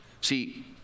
See